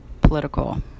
political